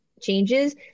changes